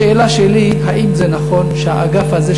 השאלה שלי: האם זה נכון שהאגף הזה,